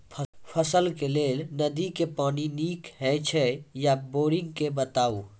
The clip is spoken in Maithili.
फसलक लेल नदी के पानि नीक हे छै या बोरिंग के बताऊ?